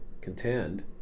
contend